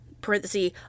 parenthesis